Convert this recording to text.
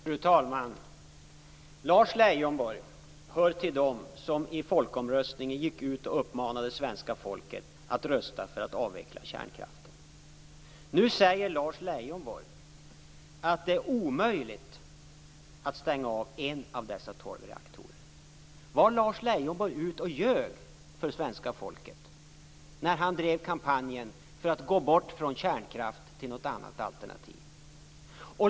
Fru talman! Lars Leijonborg hör till dem som i folkomröstningen gick ut och uppmanade svenska folket att rösta för att avveckla kärnkraften. Nu säger han att det är omöjligt att stänga av en av dessa tolv reaktorer. Var Lars Leijonborg ute och ljög för svenska folket när han drev kampanjen för att gå bort från kärnkraft till något annat alternativ?